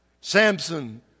Samson